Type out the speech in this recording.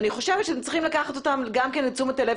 אני חושבת שאתם צריכים לקחת אותם גם לתשומת הלב